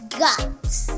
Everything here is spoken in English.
guts